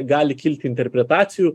gali kilt interpretacijų